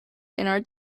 inár